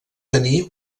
tenir